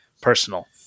personal